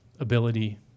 ability